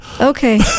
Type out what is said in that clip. okay